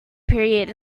period